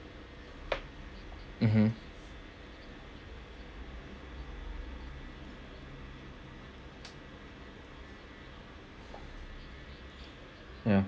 mmhmm ya